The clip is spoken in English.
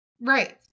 Right